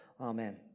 Amen